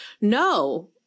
No